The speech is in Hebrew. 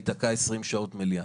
ייתקע 20 שעות במליאה.